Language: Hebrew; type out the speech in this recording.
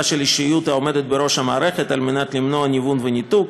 של האישיות העומדת בראש המערכת על מנת למנוע ניוון וניתוק,